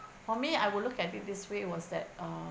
for me I will look at it this way was that uh